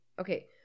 Okay